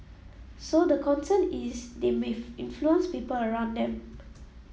so the concern is they may influence people around them